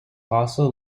also